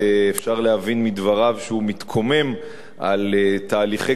אפשר להבין מדבריו שהוא מתקומם על תהליכי